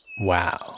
Wow